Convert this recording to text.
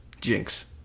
Jinx